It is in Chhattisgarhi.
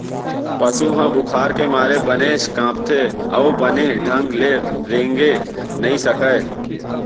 पसु ह बुखार के मारे बनेच कांपथे अउ बने ढंग ले रेंगे नइ सकय